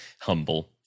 humble